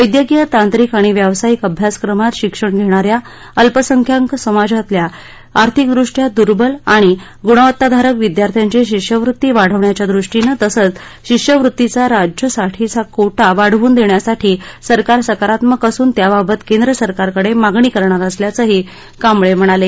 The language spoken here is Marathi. वैद्यकीय तांत्रिक आणि व्यावसायिक अभ्यासक्रमात शिक्षण घेणाऱ्या अल्पसंख्याक समाजातल्या आर्थिकदृष्ट्या दुर्वल आणि गुणवत्ताधारक विद्यार्थ्यांची शिष्यवृत्ती वाढवण्याच्या दृष्टीनं तसंच शिष्यवृत्तीचा राज्यसाठीचा कोटा वाढवून देण्यासाठी सरकार सकारात्मक असून त्याबाबत केंद्र सरकारकडे मागणी करणार असल्याचंही कांबळे म्हणाले